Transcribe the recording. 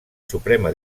suprema